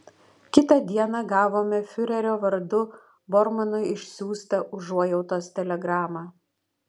kitą dieną gavome fiurerio vardu bormano išsiųstą užuojautos telegramą